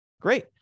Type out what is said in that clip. great